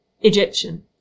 Egyptian